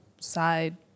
side